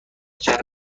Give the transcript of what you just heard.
شهر